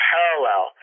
parallel